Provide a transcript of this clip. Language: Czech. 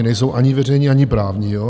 Nejsou ani veřejní, ani právní.